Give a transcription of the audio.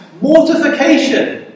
mortification